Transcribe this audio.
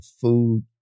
food